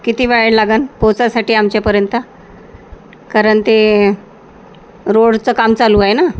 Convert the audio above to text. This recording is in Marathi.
किती वेळ लागंल पोचायसाठी आमच्यापर्यंत कारण ते रोडचं काम चालू आहे ना